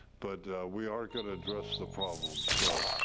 but we are gonna address the problems, so,